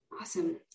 awesome